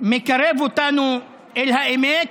מקרב אותנו אל האמת